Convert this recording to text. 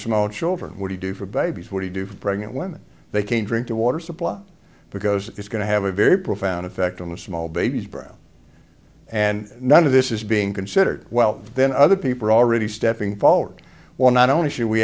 small children would you do for babies what he do for pregnant women they can't drink the water supply because it's going to have a very profound effect on the small baby's birth and none of this is being considered well then other people are already stepping forward while not only sh